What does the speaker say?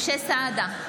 משה סעדה,